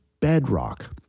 bedrock